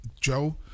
Joe